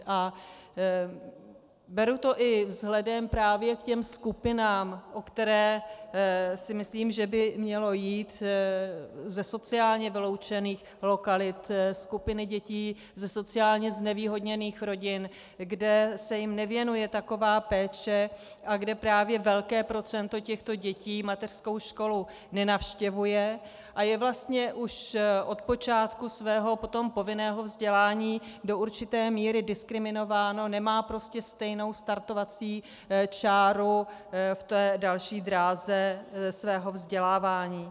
A beru to i vzhledem právě k těm skupinám, o které si myslím, že by mělo jít, ze sociálně vyloučených lokalit, skupiny dětí ze sociálně znevýhodněných rodin, kde se jim nevěnuje taková péče a kde právě velké procento těchto dětí mateřskou škol u nenavštěvuje a je vlastně už od počátku svého potom povinného vzdělání do určité míry diskriminováno, nemá prostě stejnou startovací čáru v té další dráze svého vzdělávání.